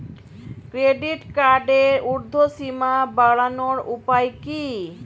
Credit কার্ডের উর্ধ্বসীমা বাড়ানোর উপায় কি?